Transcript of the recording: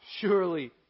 surely